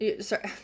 Sorry